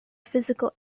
physical